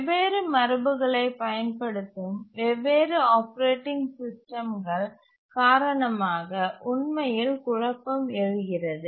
வெவ்வேறு மரபுகளைப் பயன்படுத்தும் வெவ்வேறு ஆப்பரேட்டிங் சிஸ்டம்கள் காரணமாக உண்மையில் குழப்பம் எழுகிறது